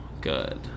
good